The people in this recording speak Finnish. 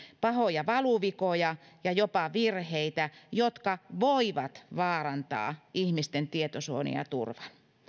pahoja valuvikoja ja jopa virheitä jotka voivat vaarantaa ihmisten tietosuojan ja turvan